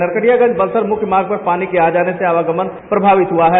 नरकटियागंज बलथर मुख्य मार्ग पर पानी के आ जाने से आवागमन प्रभावित हुआ है